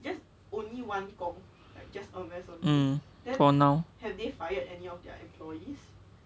um for now